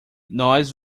nós